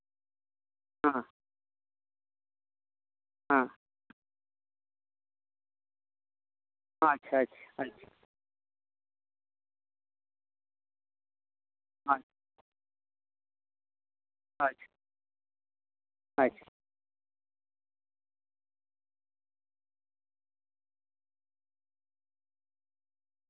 ᱦᱮᱸ ᱦᱮᱸ ᱟᱪᱪᱷᱟ ᱟᱪᱪᱷᱟ ᱟᱪᱪᱷᱟ ᱟᱪᱪᱷᱟ ᱟᱪᱪᱷᱟ